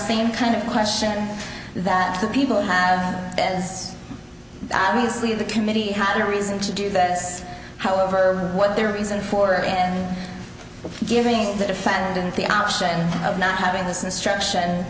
same kind of question that the people have as obviously the committee had a reason to do this however what their reason for and giving the defendant the option of not having this instruction